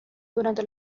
durante